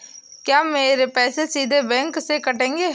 क्या मेरे पैसे सीधे बैंक से कटेंगे?